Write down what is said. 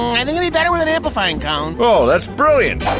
i mean you'd be better with an amplifying cone. oh, that's brilliant!